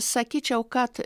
sakyčiau kad